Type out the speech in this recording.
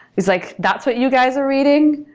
it's like, that's what you guys are reading?